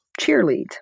cheerlead